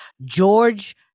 george